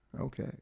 Okay